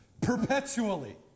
perpetually